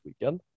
weekend